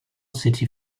city